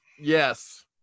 Yes